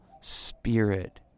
spirit